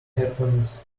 happens